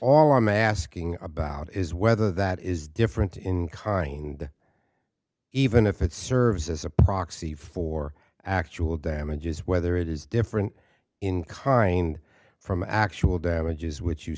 all i'm asking about is whether that is different in kind even if it serves as a proxy for actual damages whether it is different in kind from actual damages which you